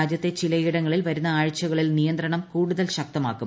രാജ്യത്തെ ചിലയിടങ്ങളിൽ വരുന്ന ആഴ്ചകളിൽ നിയന്ത്രണം കൂടുതൽ ശക്തമാക്കും